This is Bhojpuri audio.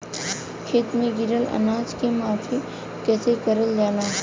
खेत में गिरल अनाज के माफ़ी कईसे करल जाला?